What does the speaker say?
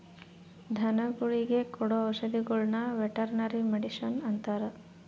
ಧನಗುಳಿಗೆ ಕೊಡೊ ಔಷದಿಗುಳ್ನ ವೆರ್ಟನರಿ ಮಡಿಷನ್ ಅಂತಾರ